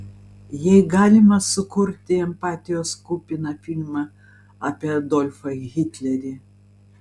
jei galima sukurti empatijos kupiną filmą apie adolfą hitlerį